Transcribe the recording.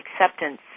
acceptance